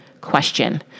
question